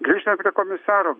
grįžtam prie komisaro